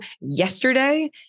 yesterday